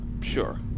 Sure